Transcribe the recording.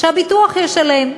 שהביטוח ישלם.